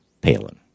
Palin